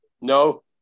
no